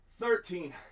thirteen